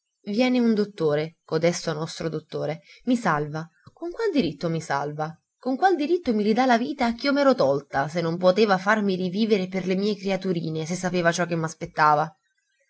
viene un dottore codesto nostro dottore i salva con qual diritto mi salva con qual diritto mi ridà la vita ch'io m'ero tolta se non poteva farmi rivivere per le mie creaturine se sapeva ciò che